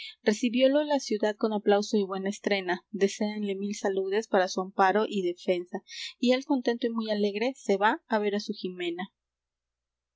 recibiólo la ciudad con aplauso y buena estrena deséanle mil saludes para su amparo y defensa y él contento y muy alegre se va á ver á su jimena